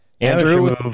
Andrew